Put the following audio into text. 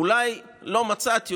אולי לא מצאתי,